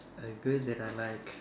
a girl that I like